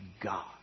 God